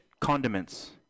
condiments